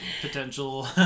potential